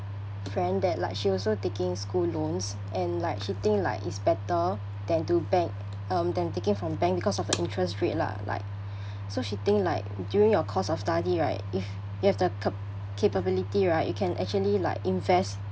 friend that like she also taking school loans and like she think like it's better than to bank um than taking from bank because of the interest rate lah like so she think like during your course of study right if you have the cap~ capability right you can actually like invest